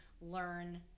learn